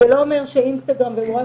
זה לא אומר שאינסטגרם וואטסאפ,